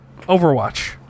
Overwatch